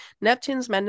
neptune's